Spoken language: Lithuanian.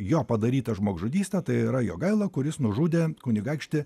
jo padaryta žmogžudystė tai yra jogaila kuris nužudė kunigaikštį